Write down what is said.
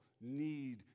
need